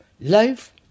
life